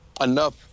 enough